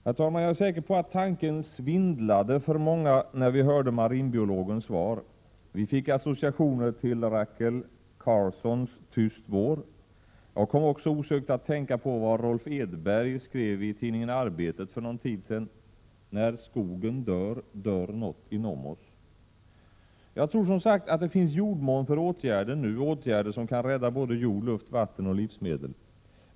Jag är säker på att tanken svindlade för många när vi hörde marinbiologens svar. Vi fick associationer till Rachel Carsons Tyst vår. Jag kom också osökt att tänka på vad Rolf Edberg skrev i tidningen Arbetet för någon tid sedan: När skogen dör, dör något inom oss. Jag tror, som sagt, att det finns jordmån för åtgärder nu — åtgärder som kan rädda både jord, luft, vatten och livsmedel.